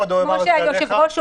כפי שהיושב ראש אומר,